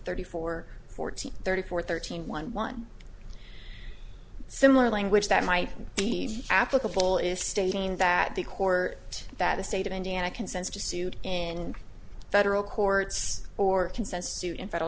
thirty four fourteen thirty four thirteen one one similar language that might be applicable is stating that the court that the state of indiana consents to sued in federal courts or consents sued in federal